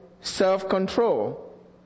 self-control